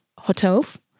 Hotels